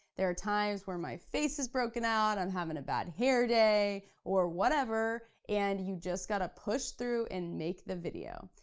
there are times where my face is broken out, i'm having a bad hair day, or whatever, and you just gotta push through and make the video.